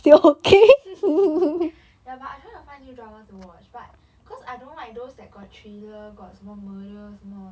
ya but I try to find new drama to watch but because I don't like those that got thriller got 什么 murder 什么